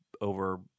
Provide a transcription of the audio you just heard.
over